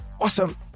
Awesome